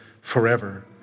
forever